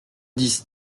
dix